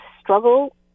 struggle